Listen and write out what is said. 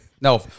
No